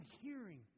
hearing